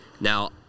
Now